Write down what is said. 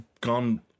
gone